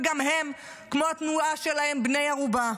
וגם הם כמו התנועה שלהם בני ערובה.